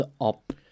up